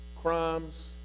Crimes